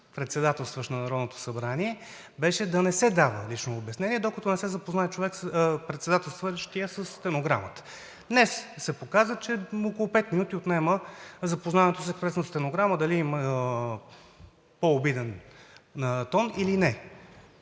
председателстващ на Народното събрание, беше да не се дава лично обяснение, докато не се запознае председателстващият със стенограмата. Днес се показа, че около пет минути отнема запознаването с експресната стенограма дали има по-обиден тон или не.